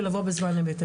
ולבוא בזמן אמת.